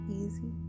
easy